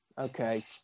okay